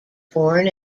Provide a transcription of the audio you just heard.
born